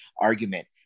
argument